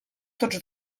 tots